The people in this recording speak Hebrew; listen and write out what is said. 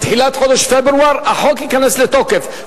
בתחילת חודש פברואר החוק ייכנס לתוקף,